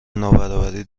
نابرابری